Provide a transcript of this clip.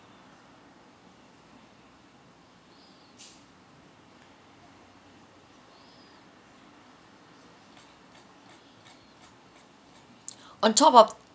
on top of